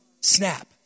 snap